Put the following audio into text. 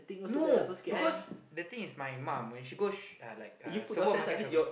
no because the thing is my mum when she goes uh like uh supermarket shopping